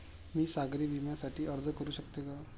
मी सागरी विम्यासाठी अर्ज करू शकते का?